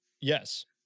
Yes